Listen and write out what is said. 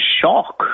shock